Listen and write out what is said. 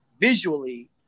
visually